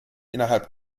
innerhalb